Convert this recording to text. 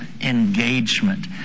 Engagement